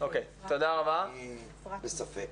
אני בספק